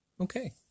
Okay